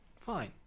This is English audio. fine